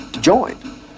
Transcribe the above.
join